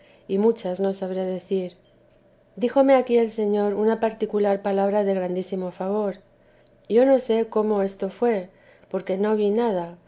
y muchas no sabré decir díjome aquí el señor una particular palabra de grandísimo favor yo no sé cómo esto fué porque no vi nada